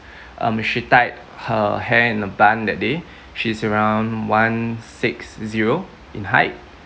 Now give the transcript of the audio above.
um she tied her hair in a bun that day she's around one six zero in height